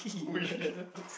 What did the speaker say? we